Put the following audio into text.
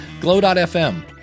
Glow.fm